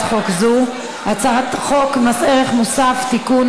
חוק זו: הצעת חוק מס ערך מוסף (תיקון,